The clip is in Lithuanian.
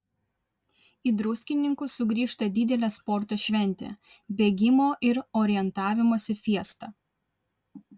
į druskininkus sugrįžta didelė sporto šventė bėgimo ir orientavimosi fiesta